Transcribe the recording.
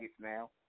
now